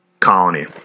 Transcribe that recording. colony